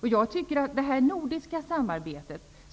Jag tycker naturligtvis att man skall ha ett nordiskt samarbete.